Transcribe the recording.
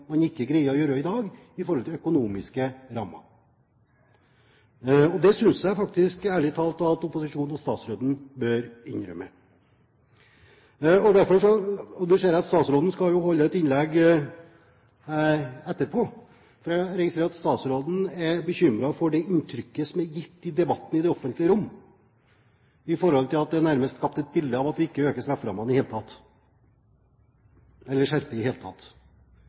man tror at minstestraffen da skal reparere for det som man ikke greier å gjøre i dag på grunn av økonomiske rammer. Det synes jeg, ærlig talt, at opposisjonen og statsråden faktisk bør innrømme. Nå ser jeg at statsråden skal holde et innlegg etterpå. Jeg registrerer at statsråden er bekymret for det inntrykket som er gitt i debatten i det offentlige rom, fordi det nærmest er skapt et bilde av at vi ikke øker, eller skjerper, strafferammene i det hele tatt.